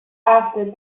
after